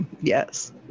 Yes